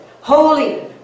holy